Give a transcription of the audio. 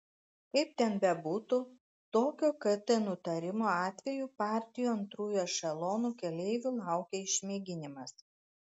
kaip ten bebūtų tokio kt nutarimo atveju partijų antrųjų ešelonų keleivių laukia išmėginimas